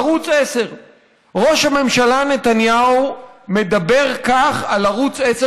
ערוץ 10. ראש הממשלה נתניהו מדבר כך על ערוץ 10,